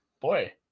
boy